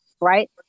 right